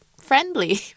friendly